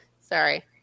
Sorry